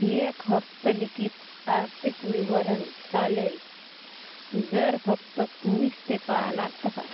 एक हस्तलिखित आर्थिक विवरण चालेल जर फक्त तुम्हीच ते पाहणार असाल